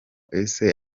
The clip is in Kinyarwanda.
ese